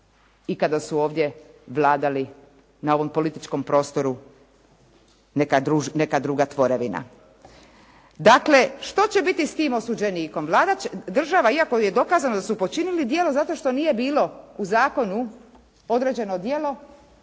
i kada su ovdje vladali na ovom političkom prostoru neka druga tvorevina. Dakle, što će biti s tim osuđenikom? Vlada će, država iako je dokazano da su počinili djelo zato što nije bilo u zakonu određeno djelo